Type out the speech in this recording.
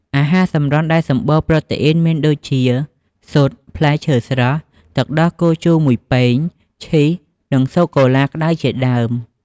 អាហារសម្រន់ដែលសម្បូរប្រូតេអ៊ីនមានដូចជា ស៊ុត ផ្លែឈើស្រស់ ទឹកដោះគោជូរមួយពែង ឈីស និងសូកូឡាក្តៅជាដើម។